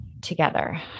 together